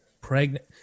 Pregnant